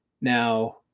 Now